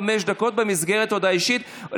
אפילו על האויבים שלי.